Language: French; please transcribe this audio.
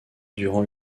durant